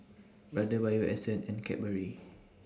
Brother Bio Essence and Cadbury